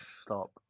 Stop